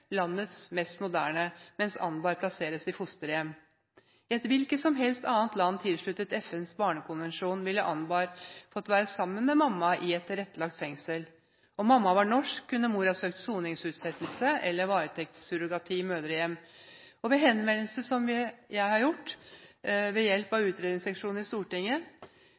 landets mest moderne, mens Anbar ble plassert i fosterhjem. I et hvilket som helst annet land tilsluttet FNs barnekonvensjon ville Anbar fått være sammen med mamma i et tilrettelagt fengsel. Om mamma var norsk, kunne hun ha søkt om soningsutsettelse eller varetektssurrogati i mødrehjem. Jeg har ved hjelp av utredningsseksjonen i Stortinget